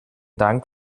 dank